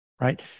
right